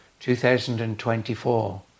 2024